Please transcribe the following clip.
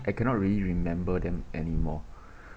I cannot really remember them anymore